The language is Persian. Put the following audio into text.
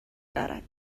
دارد